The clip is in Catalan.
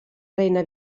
reina